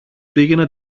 πήγαινα